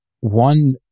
One